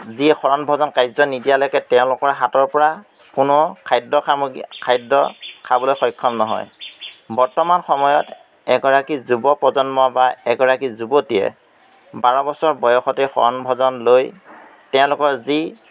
যি শৰণ ভজন কাৰ্য নিদিয়ালৈকে তেওঁলোকৰ হাতৰ পৰা কোনো খাদ্য সামগ্ৰী খাদ্য খাবলৈ সক্ষম নহয় বৰ্তমান সময়ত এগৰাকী যুৱ প্ৰজন্ম বা এগৰাকী যুৱতীয়ে বাৰ বছৰ বয়সতে শৰণ ভজন লৈ তেওঁলোকৰ যি